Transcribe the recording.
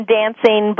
dancing